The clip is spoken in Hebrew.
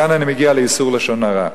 מכאן אני מגיע לאיסור לשון הרע.